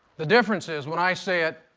the difference is when i say it,